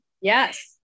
yes